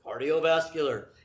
cardiovascular